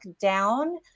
down